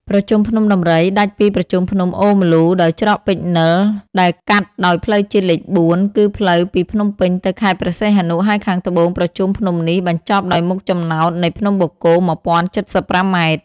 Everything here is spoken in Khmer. ប្រជុំភ្នំដំរី ដាច់ពីប្រជុំភ្នំអូរម្លូដោយច្រកពេជ្រនិល ដែលកាត់ដោយផ្លូវជាតិលេខ ៤ គឺ ផ្លូវពីភ្នំពេញទៅខេត្តព្រះសីហនុ ហើយខាងត្បូងប្រជុំភ្នំនេះបញ្ចប់ដោយមុខចំណោតនៃភ្នំបូកគោ១០៧៥ ម៉ែត្រ ។